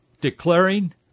declaring